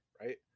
right